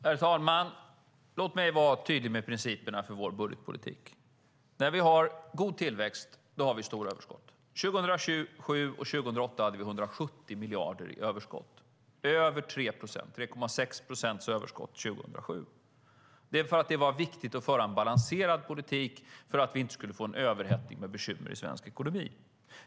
Herr talman! Låt mig vara tydlig med principerna för vår budgetpolitik. När vi har god tillväxt har vi stora överskott. 2007 och 2008 hade vi 170 miljarder i överskott, över 3 procent. Det var 3,6 procents överskott 2007. Det var därför att det var viktigt att föra en balanserad politik för att vi inte skulle få en överhettning med bekymmer i svensk ekonomi.